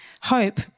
hope